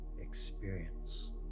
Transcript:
experience